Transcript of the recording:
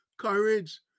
courage